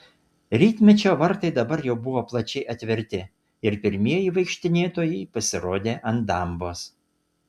rytmečio vartai dabar jau buvo plačiai atverti ir pirmieji vaikštinėtojai pasirodė ant dambos